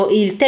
il